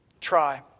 Try